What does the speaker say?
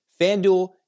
FanDuel